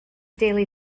daily